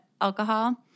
alcohol